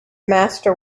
master